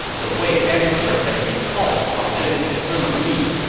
the wei emperor has recalled cao zhen and sima yi.